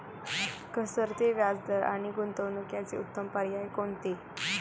घसरते व्याजदर आणि गुंतवणूक याचे उत्तम पर्याय कोणते?